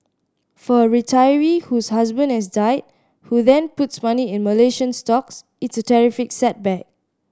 for a retiree whose husband has died who then puts money in Malaysian stocks it's a terrific setback